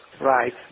Right